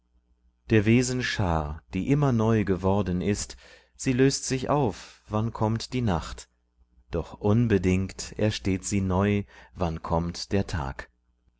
der wesen schar die immer neu geworden ist sie löst sich auf wann kommt die nacht doch unbedingt ersteht sie neu wann kommt der tag